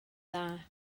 dda